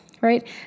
right